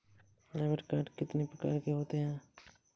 Debit card कितनी प्रकार के होते हैं?